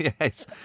Yes